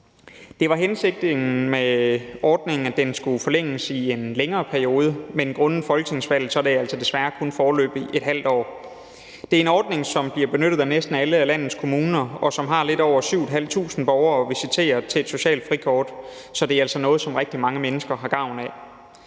Det var hensigten med ordningen, at den skulle forlænges i en længere periode, men grundet folketingsvalget er det altså desværre kun foreløbig i et ½ år. Det er en ordning, som bliver benyttet af næsten alle landets kommuner, og som har lidt over 7.500 borgere visiteret til et socialt frikort, så det er altså noget, som rigtig mange mennesker har gavn af.